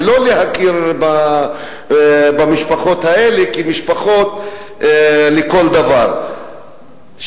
ולא מכירים במשפחות האלה כמשפחות לכל דבר,